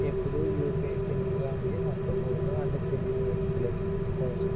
ఎప్పుడూ UPI pin లాంటివి నొక్కకూడదు అంటే తెలియని వ్యక్తులకి కోసం